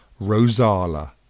Rosala